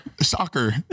Soccer